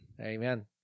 Amen